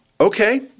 okay